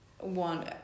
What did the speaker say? One